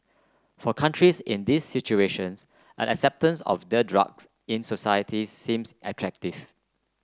for countries in these situations an acceptance of the drugs in societies seems attractive